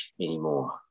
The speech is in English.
anymore